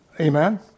Amen